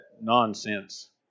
nonsense